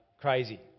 crazy